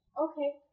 Okay